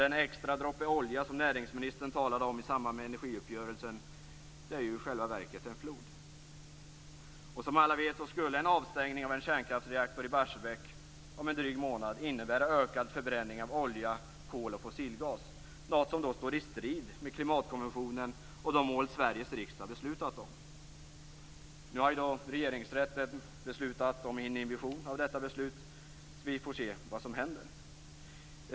Den extra droppe olja som näringsministern talade om i samband med energiuppgörelsen är ju i själva verket en flod. Som alla vet skulle en avstängning av en kärnkraftsreaktor i Barsebäck om en dryg månad innebära ökad förbränning av olja, kol och fossilgas, något som står i strid mot klimatkonventionen och de mål som Sveriges riksdag fattat beslut om. Regeringsrätten har ju beslutat om inhibition av detta beslut, så vi får se vad som händer.